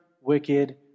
wicked